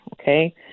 okay